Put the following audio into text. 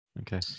Okay